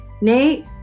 Nate